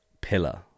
pillar